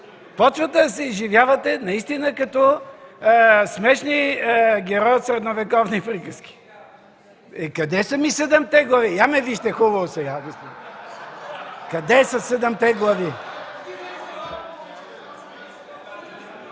Започвате да се изживявате наистина като смешни герои от средновековни приказки. Къде са ми седемте глави? Я ме вижте хубаво сега. Къде са седемте глави? (Смях от ГЕРБ.)